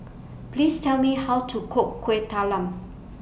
Please Tell Me How to Cook Kuih Talam